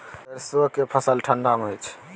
सरसो के फसल ठंडा मे होय छै?